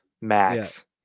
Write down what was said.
Max